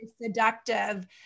seductive